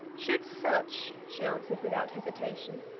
should such, she answered without hesitation,